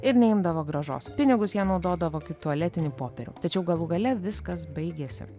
ir neimdavo grąžos pinigus jie naudodavo kaip tualetinį popierių tačiau galų gale viskas baigėsi